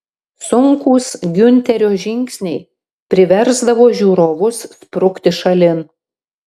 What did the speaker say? sunkūs giunterio žingsniai priversdavo žiūrovus sprukti šalin